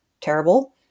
terrible